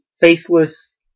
faceless